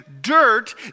dirt